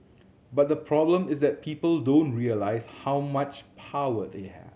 but the problem is that people don't realise how much power they have